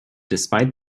despite